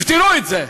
תפתרו את זה.